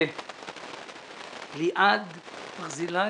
ליעד ברזילי?